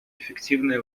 эффективное